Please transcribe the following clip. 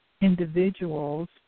individuals